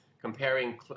comparing